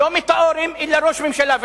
לא מטאורים אלא ראש ממשלה.